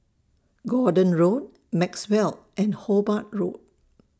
Gordon Road Maxwell and Hobart Road